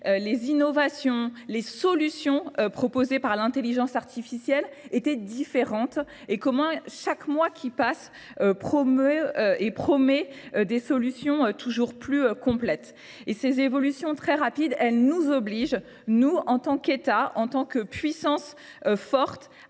les innovations, les solutions proposées par l'intelligence artificielle étaient différentes et comment chaque mois qui passe, et promet des solutions toujours plus complètes. Et ces évolutions très rapides, elles nous obligent, nous en tant qu'État, en tant que puissance forte,